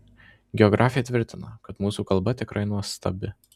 geografė tvirtina kad mūsų kalba tikrai nuostabi